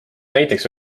näiteks